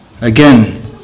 again